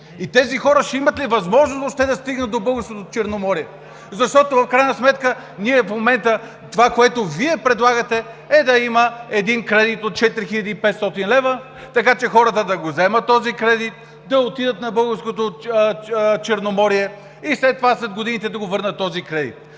И тези хора ще имат ли възможност да стигнат до Българското Черноморие? Защото в крайна сметка ние в момента – това, което Вие предлагате, е да има един кредит от 4500 лв., така че хората да го вземат, да отидат на Българското Черноморие и след това с години да го връщат този кредит.